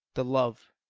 the love,